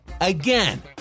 Again